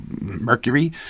Mercury